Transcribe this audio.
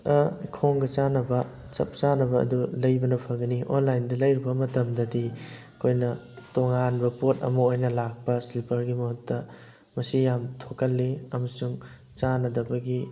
ꯈꯣꯡꯒ ꯆꯥꯟꯅꯕ ꯆꯞ ꯆꯥꯟꯅꯕ ꯑꯗꯨ ꯂꯩꯕꯅ ꯐꯒꯅꯤ ꯑꯣꯟꯂꯥꯏꯟꯗ ꯂꯩꯔꯨꯕ ꯃꯇꯝꯗꯗꯤ ꯑꯩꯈꯣꯏꯅ ꯇꯣꯉꯥꯟꯕ ꯄꯣꯠ ꯑꯃ ꯑꯣꯏꯅ ꯂꯥꯛꯄ ꯁ꯭ꯂꯤꯞꯄꯔꯒꯤ ꯃꯍꯨꯠꯇ ꯃꯁꯤ ꯌꯥꯝ ꯊꯣꯛꯀꯜꯂꯤ ꯑꯃꯁꯨꯡ ꯆꯥꯟꯅꯗꯕꯒꯤ